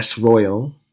Royal